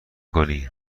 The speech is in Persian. کنی